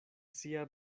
sia